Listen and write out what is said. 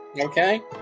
okay